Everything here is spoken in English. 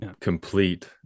Complete